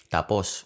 Tapos